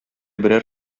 берәр